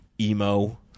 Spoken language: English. emo